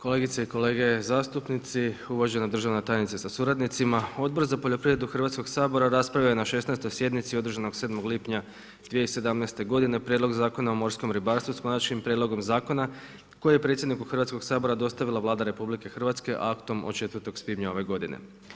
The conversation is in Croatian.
Kolegice i kolege zastupnici, uvažena državna tajnica sa suradnicima, Odbor za poljoprivredu Hrvatskog sabora raspravljao je na 16. sjednici održanoj 07. lipnja 2017. godine Prijedlog Zakona o morskom ribarstvu s Konačnim prijedlogom zakona koji je predsjedniku Hrvatskog sabora dostavila Vlada RH aktom od 04. svibnja ove godine.